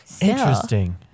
Interesting